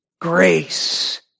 Grace